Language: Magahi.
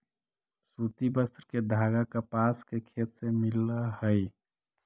सूति वस्त्र के धागा कपास के खेत से मिलऽ हई